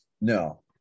no